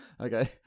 Okay